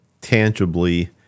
tangibly